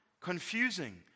confusing